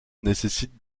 nécessite